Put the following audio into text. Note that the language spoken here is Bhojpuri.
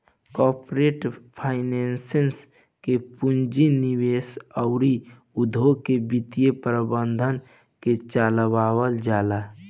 कॉरपोरेट फाइनेंस से पूंजी निवेश अउर उद्योग के वित्त प्रबंधन के चलावल जाला